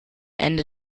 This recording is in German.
ende